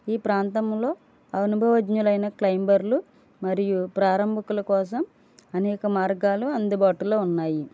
ఈ ప్రాంతంలో అనుభవజ్ఞులైన క్లైంబర్లు మరియు ప్రారంభికుల కోసం అనేక మార్గాలు అందుబాటులో ఉన్నాయి